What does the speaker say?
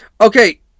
Okay